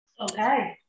okay